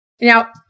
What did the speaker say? Now